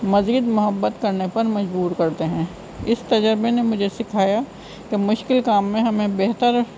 مزید محبت کرنے پر مجبور کرتے ہیں اس تجربے نے مجھے سکھایا کہ مشکل کام میں ہمیں بہتر